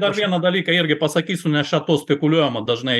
dar vieną dalyką irgi pasakysiu nes čia tuo spekuliuojama dažnai